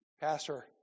Pastor